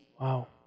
Wow